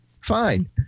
Fine